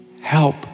help